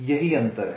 यही अंतर है